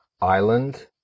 island